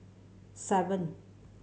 seven